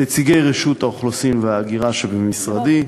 נציגי רשות האוכלוסין וההגירה שבמשרדי,